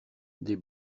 des